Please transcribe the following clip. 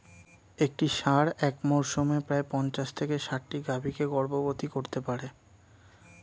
একটি ষাঁড় এক মরসুমে প্রায় পঞ্চাশ থেকে ষাটটি গাভী কে গর্ভবতী করতে পারে